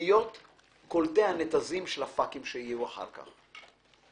להיות קולטי הנתזים של הפאקים שיהיו אחר כך.